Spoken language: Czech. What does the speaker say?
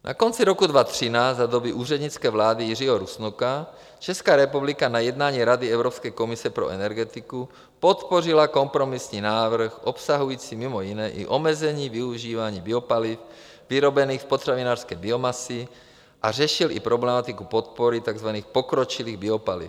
Na konci roku 2013 za doby úřednické vlády Jiřího Rusnoka Česká republika na jednání Rady Evropské komise pro energetiku podpořila kompromisní návrh obsahující mimo jiné i omezení využívání biopaliv vyrobených z potravinářské biomasy, a řešil i problematiku podpory takzvaných pokročilých biopaliv.